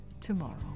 tomorrow